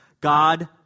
God